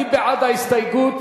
מי בעד ההסתייגות?